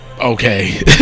Okay